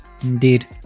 indeed